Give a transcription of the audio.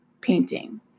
painting